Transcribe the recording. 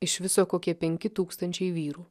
iš viso kokie penki tūkstančiai vyrų